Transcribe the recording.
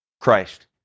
Christ